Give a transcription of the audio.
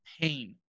pain